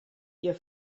ihr